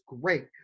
great